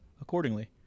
accordingly